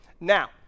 Now